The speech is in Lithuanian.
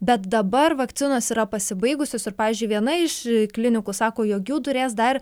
bet dabar vakcinos yra pasibaigusios ir pavyzdžiui viena iš klinikų sako jog jų turės dar